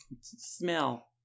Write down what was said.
Smell